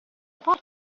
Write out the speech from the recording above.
porta